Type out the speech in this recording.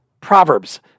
proverbs